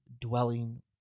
dwelling